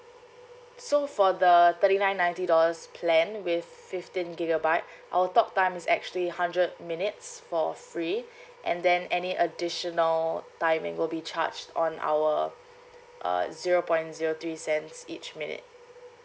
so for the thirty nine ninety dollars plan with fifteen gigabyte our talk time is actually hundred minutes for free and then any additional timing will be charged on our uh zero point zero three cents each minute